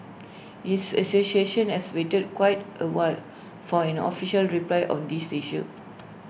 his association has waited quite A while for an official reply on these issue